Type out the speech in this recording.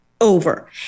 over